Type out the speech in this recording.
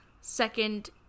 second